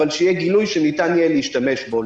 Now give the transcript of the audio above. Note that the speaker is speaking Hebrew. אבל שיהיה גילוי שניתן יהיה להשתמש בו.